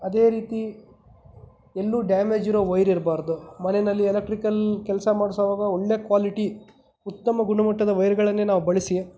ಅದೇ ರೀತಿ ಎಲ್ಲೂ ಡ್ಯಾಮೇಜ್ ಇರೋ ವೈರ್ ಇರಬಾರ್ದು ಮನೆಯಲ್ಲಿ ಎಲೆಕ್ಟ್ರಿಕಲ್ ಕೆಲಸ ಮಾಡಿಸುವಾಗ ಒಳ್ಳೆಯ ಕ್ವಾಲಿಟಿ ಉತ್ತಮ ಗುಣಮಟ್ಟದ ವೈರ್ಗಳನ್ನೇ ನಾವು ಬಳಸಿ